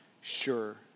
sure